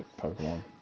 Pokemon